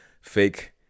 fake